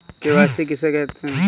KYC किसे कहते हैं?